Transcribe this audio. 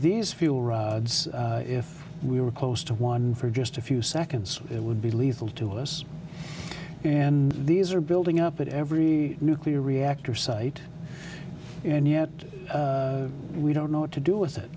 these fuel rods if we were close to one for just a few seconds it would be lethal to us and these are building up at every nuclear reactor site and yet we don't know what to do with it